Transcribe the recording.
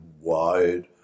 wide